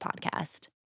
podcast